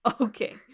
Okay